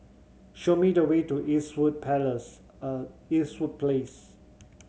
show me the way to Eastwood Palace